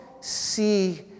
see